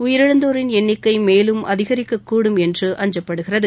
உயிரிழந்தோரின் எண்ணிக்கை மேலும் அதிகரிக்க கூடும் என்று அஞ்சப்படுகிறது